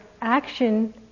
action